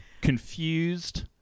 confused